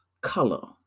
color